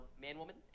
man-woman